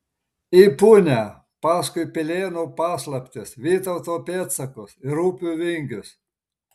į punią paskui pilėnų paslaptis vytauto pėdsakus ir upių vingius